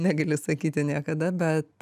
negali sakyti niekada bet